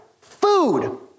Food